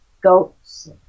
goats